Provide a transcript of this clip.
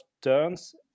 turns